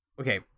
Okay